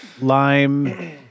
lime